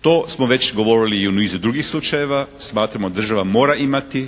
To smo već govorili i u nizu drugih slučajeva. Smatramo da država mora imati